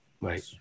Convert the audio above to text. Right